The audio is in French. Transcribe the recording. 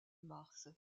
mars